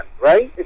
right